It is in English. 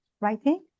writing